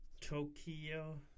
Tokyo